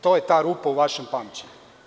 To je ta rupa u vašem pamćenju.